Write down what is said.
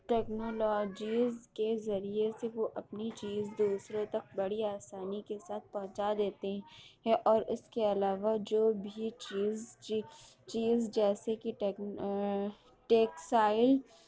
technologies کے ذریعے سے وہ اپنی چیز دوسروں تک بڑی آسانی کے ساتھ پہنچا دیتے ہیں اور اس کے علاوہ جو بھی چیز کی چیز جیسے کہ ٹیکسائل